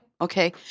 Okay